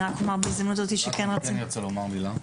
אני רוצה לומר מילה.